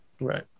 Right